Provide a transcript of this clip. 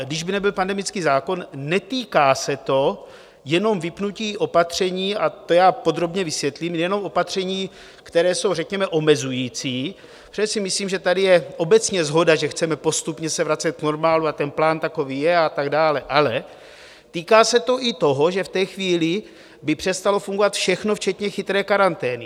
Když by nebyl pandemický zákon, netýká se to jenom vypnutí opatření, a to já podrobně vysvětlím, jenom opatření, která jsou řekněme omezující, protože si myslím, že tady je obecně shoda, že se chceme postupně vracet k normálu, a ten plán takový je a tak dále, ale týká se to i toho, že v té chvíli by přestalo fungovat všechno, včetně chytré karantény.